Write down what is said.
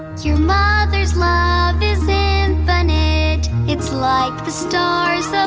your mother's love is infinite it's like the stars um